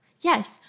Yes